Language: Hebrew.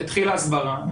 התחילה הסברה.